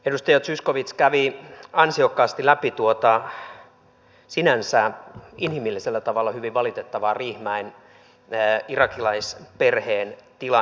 edustaja zyskowicz kävi ansiokkaasti läpi tuota sinänsä inhimillisellä tavalla hyvin valitettavaa riihimäen irakilaisperheen tilannetta